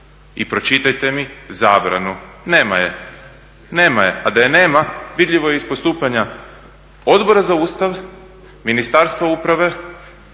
i pročitajte mi zabranu. Nema je. Nema je, a da je nema vidljivo je iz postupanja Odbora za Ustav, Ministarstva uprave,